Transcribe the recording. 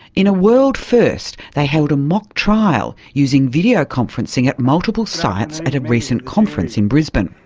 in a world-first they held a mock trial using videoconferencing at multiple sites at a recent conference in brisbane.